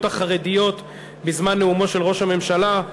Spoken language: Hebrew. החרדיות בזמן נאומו של ראש הממשלה.